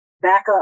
backup